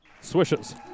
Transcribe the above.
Swishes